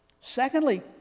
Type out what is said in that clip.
Secondly